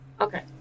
Okay